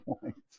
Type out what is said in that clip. points